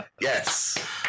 Yes